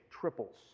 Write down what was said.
triples